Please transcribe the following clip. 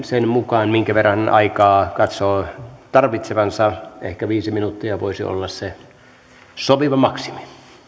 sen mukaan minkä verran aikaa katsoo tarvitsevansa ehkä viisi minuuttia voisi olla se sopiva maksimi